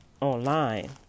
online